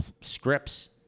scripts